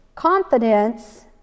confidence